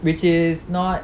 which is not